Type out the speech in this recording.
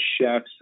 chefs